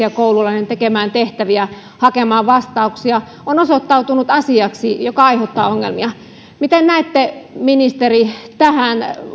ja koululainen joutuvat omatoimisesti tekemään tehtäviä hakemaan vastauksia on osoittautunut asiaksi joka aiheuttaa ongelmia miten näette ministeri onko tähän